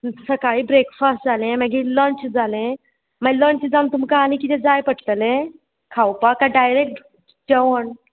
सकाळीं ब्रेकफास्ट जालें मागीर लंच जालें मागीर लंच जावन तुमकां आनी किदें जाय पडटलें खावपाक कांय डायरेक्ट जेवण